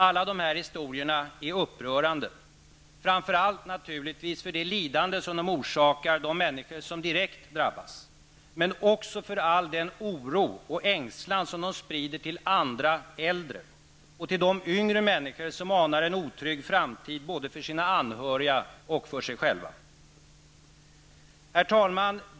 Alla dessa historier är upprörande -- framför allt för det lidande som de orsakar de människor som direkt drabbas men också för all den oro och ängslan som de sprider till andra äldre och till de yngre människor som anar en otrygg framtid både för sina anhöriga och för sig själva. Herr talman!